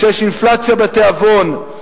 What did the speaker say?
כשיש אינפלציה בתיאבון".